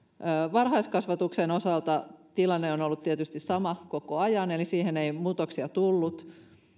varhaiskasvatuksen osalta tilanne on ollut tietysti sama koko ajan eli siihen ei muutoksia tullut